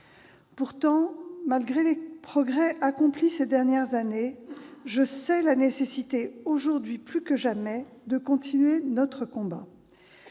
Pourtant, malgré les progrès accomplis ces dernières années, je sais la nécessité, aujourd'hui plus que jamais, de continuer notre combat.